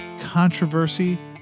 controversy